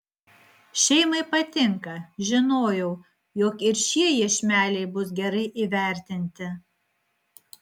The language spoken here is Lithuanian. šeimai patinka žinojau jog ir šie iešmeliai bus gerai įvertinti